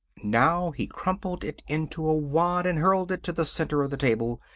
now he crumpled it into a wad and hurled it to the center of the table,